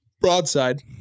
broadside